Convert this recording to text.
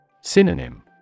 Synonym